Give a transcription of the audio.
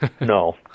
No